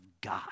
God